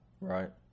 right